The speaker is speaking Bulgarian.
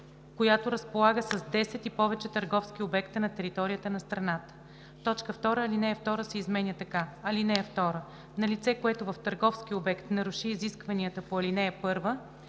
която разполага с десет и повече търговски обекта на територията на страната. 2. Алинея 2 се изменя така: „(2) На лице, което в търговски обект наруши изискванията по ал. 1,